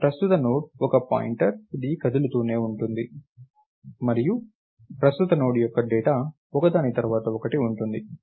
ఈ ప్రస్తుత నోడ్ ఒక పాయింటర్ ఇది కదులుతూనే ఉంటుంది మరియు ప్రస్తుత నోడ్ యొక్క డేటా ఒకదాని తర్వాత ఒకటి ఉంటుంది